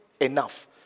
Enough